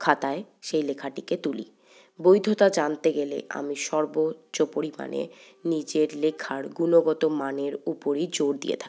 খাতায় সেই লেখাটিকে তুলি বৈধতা জানতে গেলে আমি সর্বোচ্চ পরিমাণে নিজের লেখার গুনগত মানের উপরই জোর দিয়ে থাকি